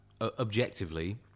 objectively